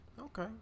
Okay